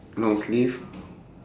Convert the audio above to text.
long sleeve